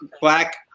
black